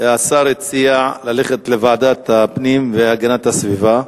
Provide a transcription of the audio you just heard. השר הציע להעביר לוועדת הפנים והגנת הסביבה.